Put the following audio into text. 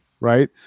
right